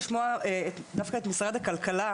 קארין ממשרד הכלכלה,